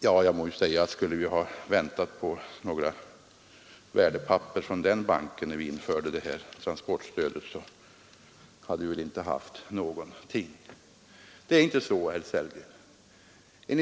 Jag må ju säga att skulle vi ha väntat på några värdepapper från den banken, när vi skulle införa transportstödet, hade det väl inte funnits någonting på området. Det är alltså inte som herr Sellgren säger.